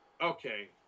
Okay